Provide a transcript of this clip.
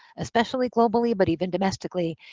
especially globally but even domestically.